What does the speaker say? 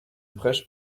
prêche